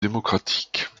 démocratiques